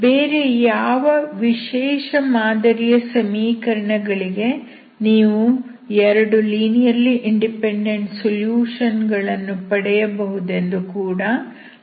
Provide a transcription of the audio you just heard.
ಬೇರೆ ಯಾವ ವಿಶೇಷ ಮಾದರಿಯ ಸಮೀಕರಣಗಳಿಗೆ ನೀವು 2 ಲೀನಿಯರ್ಲಿ ಇಂಡಿಪೆಂಡೆಂಟ್ ಸೊಲ್ಯೂಷನ್ ಗಳನ್ನು ಪಡೆಯಬಹುದೆಂದು ಕೂಡ ನಾವು ನೋಡಲಿದ್ದೇವೆ